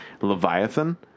leviathan